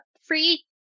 free